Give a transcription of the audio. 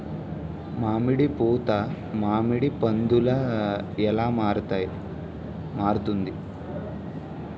మామిడి పూత మామిడి పందుల ఎలా మారుతుంది?